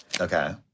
Okay